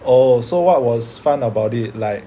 oh so what was fun about it like